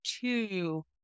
two